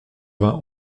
vingt